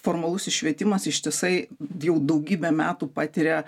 formalusis švietimas ištisai jau daugybę metų patiria